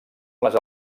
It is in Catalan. les